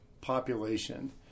population